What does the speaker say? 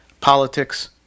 politics